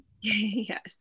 yes